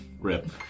rip